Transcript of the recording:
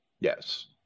Yes